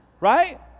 Right